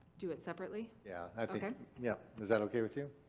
do it separately? yeah. okay. yep. is that okay with you?